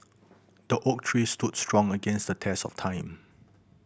the oak tree stood strong against the test of time